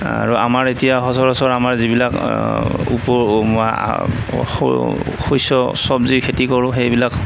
আৰু আমাৰ এতিয়া সচৰাচৰ আমাৰ যিবিলাক উপ শস্য চব্জি খেতি কৰোঁ সেইবিলাক